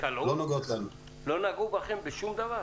לא נגעו בכם בשום דבר?